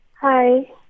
Hi